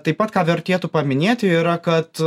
taip pat ką vertėtų paminėti yra kad